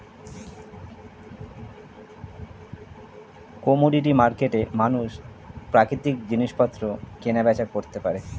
commodity মার্কেটে মানুষ প্রাকৃতিক জিনিসপত্র কেনা বেচা করতে পারে